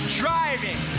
driving